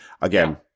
Again